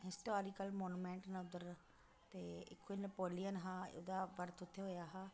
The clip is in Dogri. हिस्टोरीकल मोनुमैंट न उद्धर ते कोई नपोलियन हा ओह्दा बर्थ उत्थें होएआ हा